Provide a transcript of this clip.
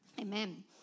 amen